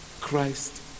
Christ